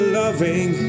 loving